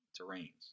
terrains